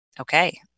okay